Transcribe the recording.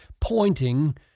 pointing